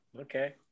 okay